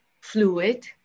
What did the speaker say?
fluid